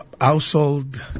household